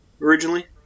originally